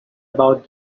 about